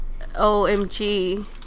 OMG